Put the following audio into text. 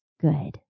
good